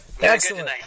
Excellent